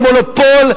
עוד יש לכם פרצוף לדבר,